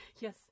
Yes